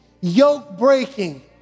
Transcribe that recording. yoke-breaking